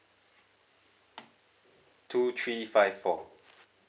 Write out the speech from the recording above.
two three five four